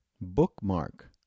bookmark